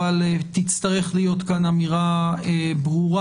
אבל תצטרך להיות כאן אמירה ברורה.